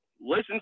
Listen